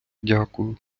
дякую